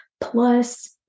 plus